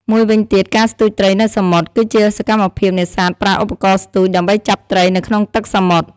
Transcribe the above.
មួយវិញទៀតការស្ទូចត្រីនៅសមុទ្រ គឺជាសកម្មភាពនេសាទប្រើឧបករណ៍ស្ទូច ដើម្បីចាប់ត្រីនៅក្នុងទឹកសមុទ្រ។